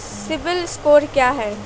CIBIL score क्या है?